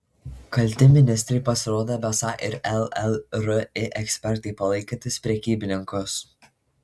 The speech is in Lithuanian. kalti ministrei pasirodė besą ir llri ekspertai palaikantys prekybininkus